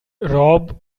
rob